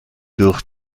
durch